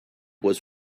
was